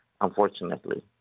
unfortunately